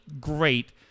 great